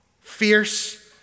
fierce